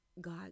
God